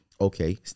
Okay